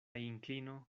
inklino